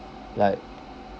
like